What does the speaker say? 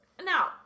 Now